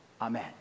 Amen